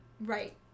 Right